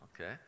okay